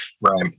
Right